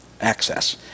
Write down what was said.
access